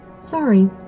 Sorry